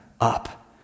up